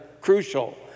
crucial